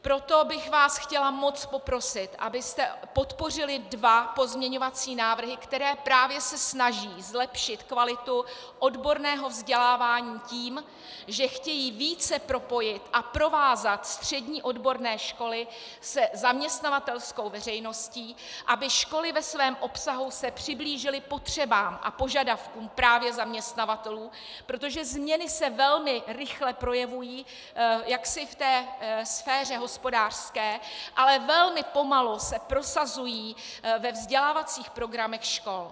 Proto bych vás chtěla moc poprosit, abyste podpořili dva pozměňovací návrhy, které se právě snaží zlepšit kvalitu odborného vzdělávání tím, že chtějí více propojit a provázat střední odborné školy se zaměstnavatelskou veřejností, aby se školy ve svém obsahu přiblížily potřebám a požadavkům právě zaměstnavatelů, protože změny se velmi rychle projevují v té hospodářské sféře, ale velmi pomalu se prosazují ve vzdělávacích programech škol.